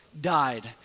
died